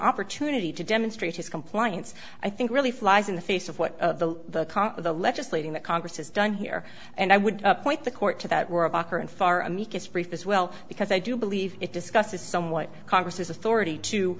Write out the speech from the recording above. opportunity to demonstrate his compliance i think really flies in the face of what the cause of the legislating that congress has done here and i would point the court to that were a backer and far amicus brief as well because i do believe it discusses somewhat congress's authority to